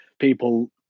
people